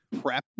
prep